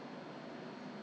还是只是 clock points